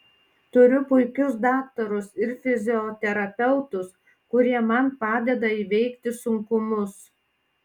turiu puikius daktarus ir fizioterapeutus kurie man padeda įveikti sunkumus